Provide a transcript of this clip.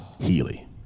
Healy